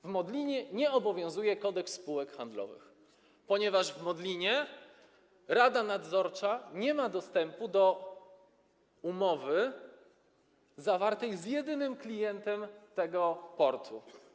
W Modlinie nie obowiązuje Kodeks spółek handlowych, ponieważ w Modlinie rada nadzorcza nie ma dostępu do umowy zawartej z jedynym klientem tego portu.